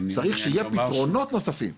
צריך שיהיו פתרונות נוספים.